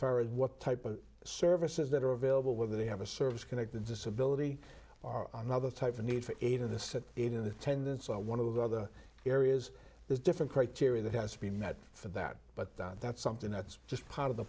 far as what type of services that are available whether they have a service connected disability or another type of need for eight of the said eight in attendance or one of the other areas there's different criteria that has to be met for that but that's something that's just part of the